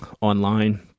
online